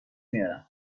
میارم